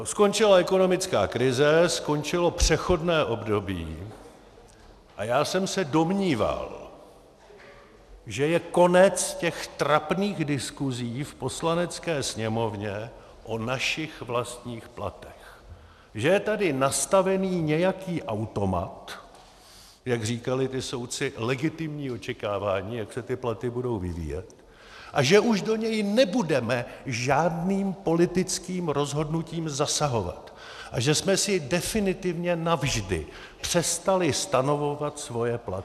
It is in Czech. Skončila ekonomická krize, skončilo přechodné období a já jsem se domníval, že je konec těch trapných diskusí v Poslanecké sněmovně o našich vlastních platech, že je tady nastavený nějaký automat, jak říkali ti soudci, legitimní očekávání, jak se ty platy budou vyvíjet, a že už do něj nebudeme žádným politickým rozhodnutím zasahovat a že jsme si definitivně navždy přestali stanovovat svoje platy.